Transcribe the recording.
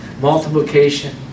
multiplication